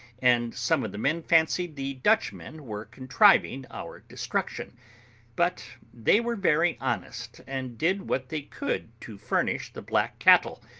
and some of the men fancied the dutchmen were contriving our destruction but they were very honest, and did what they could to furnish the black cattle,